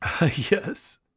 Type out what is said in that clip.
Yes